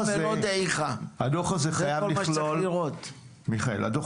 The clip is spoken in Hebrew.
תהיו בבקשה בקשר עם חבר הכנסת מיכאל ביטון